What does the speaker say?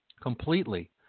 completely